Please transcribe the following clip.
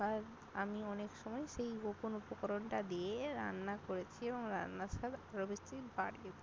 আমি অনেক সময় সেই গোপন উপকরণটা দিয়ে রান্না করেছি এবং রান্নার স্বাদ আরও বেশি বাড়িয়ে